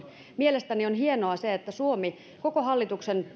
mielestäni se on hienoa että suomi koko hallituksen